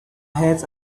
heads